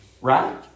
Right